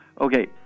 Okay